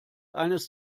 eines